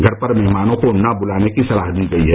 घर पर मेहमानों को न बुलाने की सलाह दी गई है